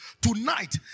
Tonight